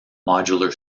modular